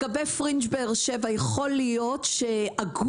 לגבי פרינג' באר שבע: יכול להיות שהגו